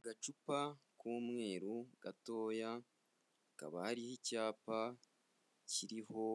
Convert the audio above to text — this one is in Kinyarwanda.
Agacupa k'umweru gatoya, hakaba hariho icyapa kiriho